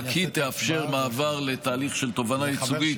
רק היא תאפשר מעבר לתהליך של תובענה ייצוגית,